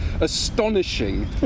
astonishing